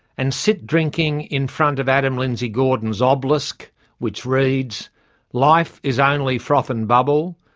and sit drinking in front of adam lindsay gordon's ah obelisk which reads life is only froth and bubble,